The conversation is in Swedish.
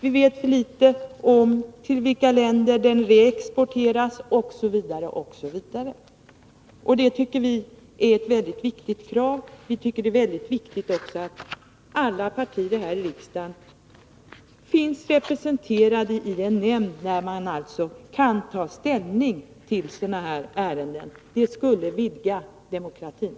Vi vet för litet om till vilka länder de reexporteras osv. osv. Större offentlighet tycker vi är ett väldigt viktigt krav. Vi tycker också att det är väldigt viktigt att alla partier här i riksdagen finns representerade i en nämnd där man kan ta ställning till sådana här ärenden. Det skulle vidga demokratin.